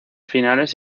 finales